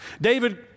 David